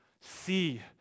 see